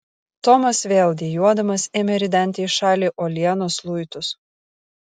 tomas vėl dejuodamas ėmė ridenti į šalį uolienos luitus